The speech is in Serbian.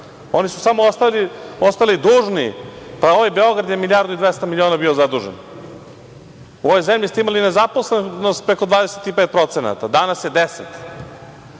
Oni su samo ostali dužni. Pa, ovaj Beograd je 1.200.000.000 bio zadužen.U ovoj zemlji ste imali nezaposlenost preko 25%, a danas je 10%,